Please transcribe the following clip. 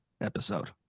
episode